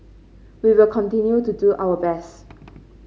we will continue to do our best